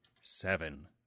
seven